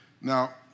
Now